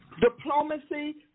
Diplomacy